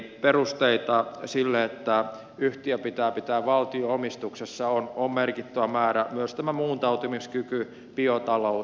perusteita sille että yhtiö pitää pitää valtion omistuksessa on merkittävä määrä myös tämä muuntautumiskyky biotalous